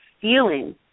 feeling